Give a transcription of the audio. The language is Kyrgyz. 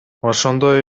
ошондой